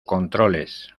controles